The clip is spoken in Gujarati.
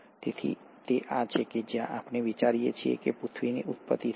તેથી આ તે છે જ્યાં આપણે વિચારીએ છીએ કે પૃથ્વીની ઉત્પત્તિ થઈ